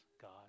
God